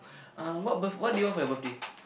uh what birth what do you want for your birthday